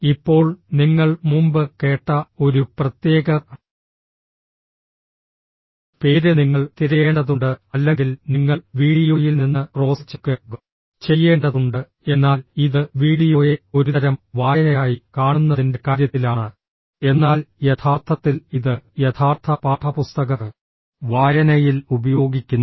ഇപ്പോൾ നിങ്ങൾ മുമ്പ് കേട്ട ഒരു പ്രത്യേക പേര് നിങ്ങൾ തിരയേണ്ടതുണ്ട് അല്ലെങ്കിൽ നിങ്ങൾ വീഡിയോയിൽ നിന്ന് ക്രോസ് ചെക്ക് ചെയ്യേണ്ടതുണ്ട് എന്നാൽ ഇത് വീഡിയോയെ ഒരുതരം വായനയായി കാണുന്നതിന്റെ കാര്യത്തിലാണ് എന്നാൽ യഥാർത്ഥത്തിൽ ഇത് യഥാർത്ഥ പാഠപുസ്തക വായനയിൽ ഉപയോഗിക്കുന്നു